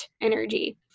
energy